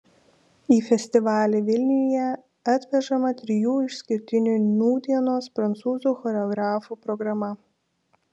į festivalį vilniuje atvežama trijų išskirtinių nūdienos prancūzų choreografų programa